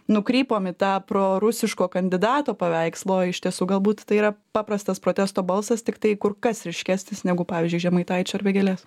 nukrypom į tą prorusiško kandidato paveikslą o iš tiesų galbūt tai yra paprastas protesto balsas tiktai kur kas ryškesnis negu pavyzdžiui žemaitaičio ar vėgėlės